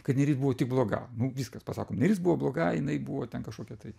kad neris buvo tik bloga nu viskas pasakom neris buvo bloga jinai buvo ten kažkokia tai